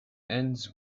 ends